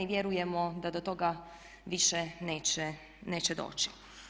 Vjerujemo da do toga više neće doći.